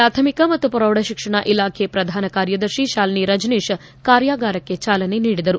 ಪ್ರಾಥಮಿಕ ಮತ್ತು ಪ್ರೌಢಶಿಕ್ಷಣ ಇಲಾಖೆ ಪ್ರಧಾನ ಕಾರ್ಯದರ್ಶಿ ತಾಲಿನಿ ರಜನೀಶ್ ಕಾರ್ಯಗಾರಕ್ಕೆ ಚಾಲನೆ ನೀಡಿದರು